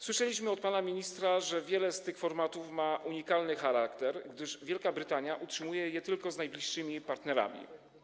Słyszeliśmy od pana ministra, że wiele z tych formatów ma unikalny charakter, gdyż Wielka Brytania utrzymuje takie relacje tylko z najbliższymi partnerami.